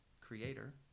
creator